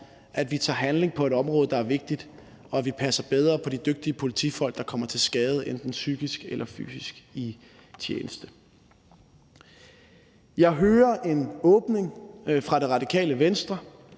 at vi tager handling på et område, der er vigtigt, og at vi passer bedre på de dygtige politifolk, der kommer til skade, enten psykisk eller fysisk, i tjenesten. Jeg hører en åbning fra Radikale Venstre